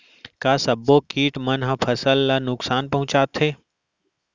का सब्बो किट मन ह फसल ला नुकसान पहुंचाथे?